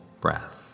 breath